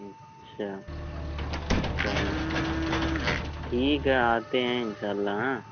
اچھا سہی ٹھیک ہے آتے ہیں انشاء اللّہ ہاں